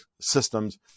system's